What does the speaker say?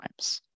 times